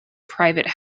private